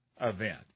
event